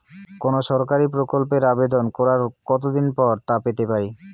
কোনো সরকারি প্রকল্পের আবেদন করার কত দিন পর তা পেতে পারি?